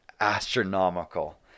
Astronomical